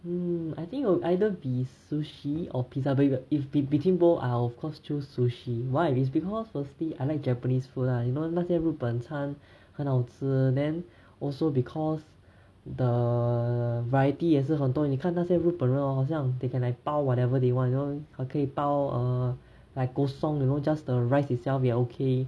hmm I think it'll either be sushi or pizza but but if between both I will of course choose sushi why is because firstly I like japanese food lah you know 那些日本餐很好吃 then also because the variety 也是很多你看那些日本人 hor 好像 they can like 包 whatever they want you know 还可以包 err like kosong you know just the rice itself 也 okay